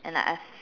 and like I